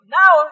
now